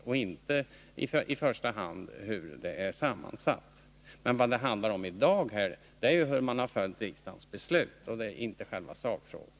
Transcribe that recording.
Det viktiga är inte främst sammansättningen. Vad diskussionen i dag handlar om är ju hur man har följt riksdagens beslut, inte själva sakfrågan.